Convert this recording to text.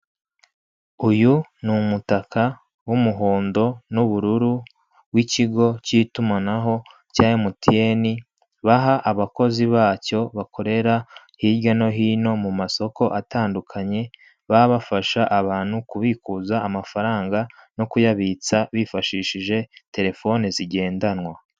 Uyu ni umutaka w'umuhondo n'ubururu w'ikigo cy'itumanaho cya emutiyeni, baha abakozi bacyo bakorera hirya no hino mu masoko atandukanye, baba bafasha abantu kubikuza amafaranga no kuyabitsa bifashishije telefone zigendanwa.